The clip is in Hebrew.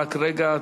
רק רגע,